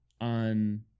on